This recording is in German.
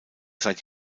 seit